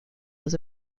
was